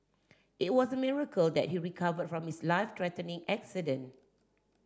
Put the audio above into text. it was a miracle that he recovered from his life threatening accident